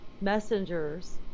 messengers